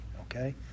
okay